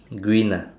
green uh